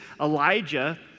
Elijah